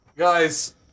Guys